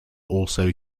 also